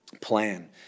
plan